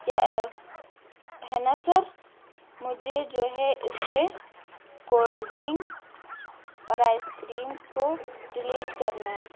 کیا ہے نا سر مجھے جو ہے اس میں کولڈ ڈرنک اور آئس کریم کو ڈلیٹ کرنا ہے